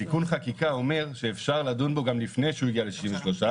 תיקון החקיקה אומר שאפשר לדון בו גם לפני שהוא הגיע ל-63,